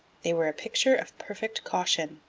they were a picture of perfect caution.